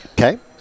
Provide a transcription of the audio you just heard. Okay